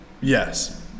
yes